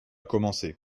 commencer